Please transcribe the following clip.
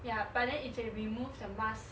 ya but then if they remove the mask